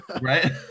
Right